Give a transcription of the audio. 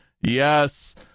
yes